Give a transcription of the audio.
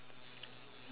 what else ah